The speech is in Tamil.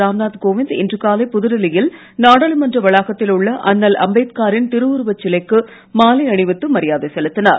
ராம்நாத் கோவிந்த் இன்று காலை புதுடில்லியில் நாடாளுமன்ற வளாகத்தில் உள்ள அண்ணல் அம்பேத்காரின் திருவுருவச் சிலைக்கு மாலை அணிவித்து மரியாதை செலுத்தினார்